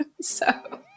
So-